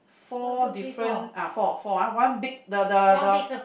four different uh four four ah one big the the the